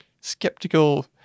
skeptical